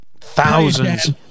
Thousands